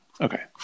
Okay